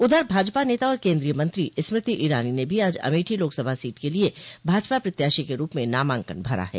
उधर भाजपा नेता और केन्द्रीय मंत्री स्मृति ईरानी ने भी आज अमेठी लोकसभा सीट के लिये भाजपा पत्याशी के रूप में नामांकन भरा है